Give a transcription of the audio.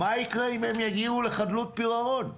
מה יקרה אם הם יגיעו לחדלות פירעון?